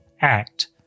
act